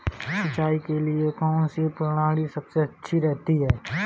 सिंचाई के लिए कौनसी प्रणाली सबसे अच्छी रहती है?